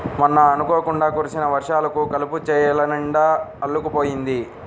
మొన్న అనుకోకుండా కురిసిన వర్షాలకు కలుపు చేలనిండా అల్లుకుపోయింది